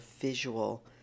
visual